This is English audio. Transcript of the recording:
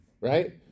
Right